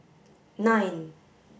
nine